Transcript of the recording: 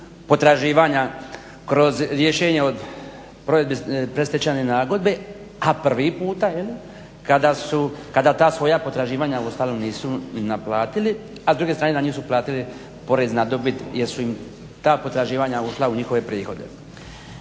potraživanja kroz rješenje o provedbi predstečajne nagodbe a prvi puta je li kada ta svoja potraživanja u ostalom nisu naplatili a s druge strane ga nisu platili porez na dobit jer su im ta potraživanja ušla u njihove prihode.